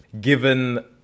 given